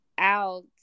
Out